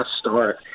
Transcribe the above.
start